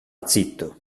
zitto